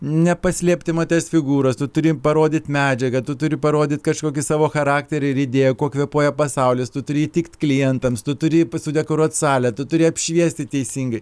nepaslėpti moters figūros tu turi parodyt medžiagą tu turi parodyt kažkokį savo charakterį ir idėją kuo kvėpuoja pasaulis turi įtikt klientams tu turi pas sudekoruot salę tu turi apšviesti teisingai